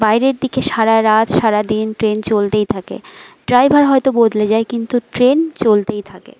বাইরের দিকে সারা রাত সারা দিন ট্রেন চলতেই থাকে ড্রাইভার হয়তো বদলে যায় কিন্তু ট্রেন চলতেই থাকে